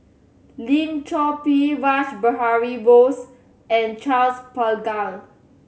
Lim Chor Pee Rash Behari Bose and Charles Paglar